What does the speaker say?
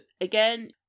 again